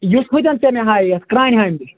یُس ہوٚتٮ۪ن ژےٚ مےٚ ہایاتھ کَرانہِ ہامہِ نِش